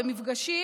במפגשים,